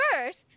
first